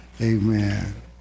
Amen